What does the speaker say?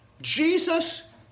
Jesus